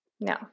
No